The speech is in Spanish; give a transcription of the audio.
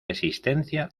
existencia